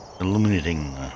illuminating